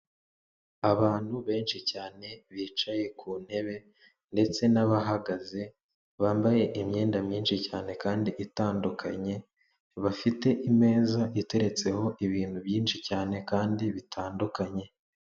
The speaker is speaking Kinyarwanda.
Abantu benshi cyane bicaye ku ntebe ndetse n'abahagaze, bambaye imyenda myinshi cyane kandi itandukanye bafite imeza iteretseho ibintu byinshi cyane kandi bitandukanye.